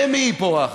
למי היא פורחת?